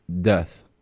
death